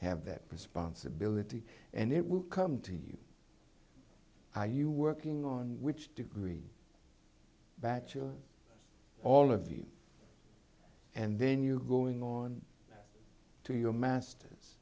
have that responsibility and it will come to you are you working on which degree bachelor all of you and then you're going on to your masters